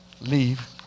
leave